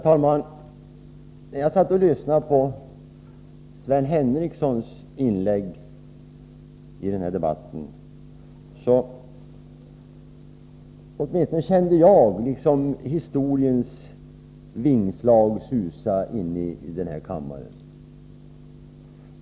Herr talman! Under Sven Henricssons inlägg i den här debatten kände åtminstone jag historiens vingslag susa inne i denna kammare.